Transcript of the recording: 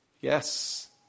Yes